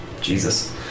Jesus